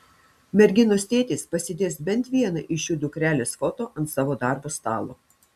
merginos tėtis pasidės bent vieną iš šių dukrelės foto ant savo darbo stalo